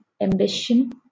ambition